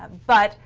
but